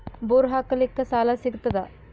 Bore ಹಾಕಲಿಕ್ಕ ಸಾಲ ಸಿಗತದ?